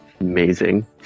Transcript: Amazing